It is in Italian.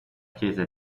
chiesa